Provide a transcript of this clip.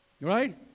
Right